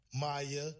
Maya